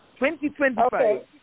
2025